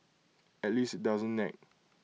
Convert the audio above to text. at least IT doesn't nag